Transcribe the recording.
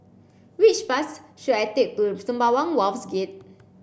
which bus should I take to Sembawang Wharves Gate